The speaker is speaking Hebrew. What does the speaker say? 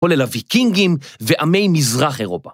כולל הוויקינגים ועמי מזרח אירופה.